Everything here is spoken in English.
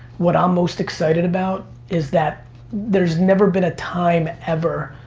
what i'm most excited about is that there's never been a time, ever,